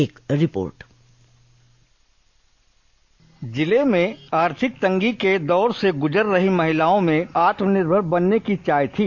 एक report dispatch ज़िले में आर्थिक तंगी के दौर से गुज़र रही महिलाओं में आत्मनिर्भर बनने की चाह थी